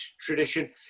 tradition